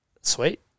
sweet